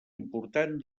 important